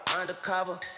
undercover